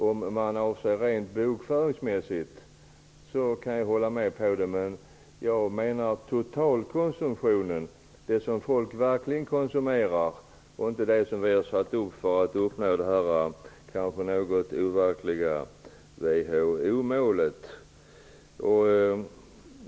Om man ser det rent bokföringsmässigt kan jag hålla med, men inte om man ser till totalkonsumtionen, dvs. det som människor verkligen konsumerar, och inte det som vi har satt upp som det något overkliga WHO målet.